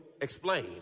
explain